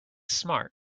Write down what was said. smart